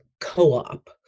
co-op